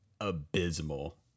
abysmal